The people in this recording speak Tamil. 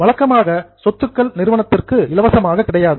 வழக்கமாக சொத்துக்கள் நிறுவனத்திற்கு இலவசமாக கிடைக்காது